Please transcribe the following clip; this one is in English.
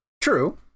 true